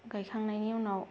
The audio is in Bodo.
गायखांनायनि उनाव